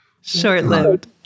Short-lived